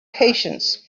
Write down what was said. patience